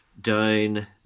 down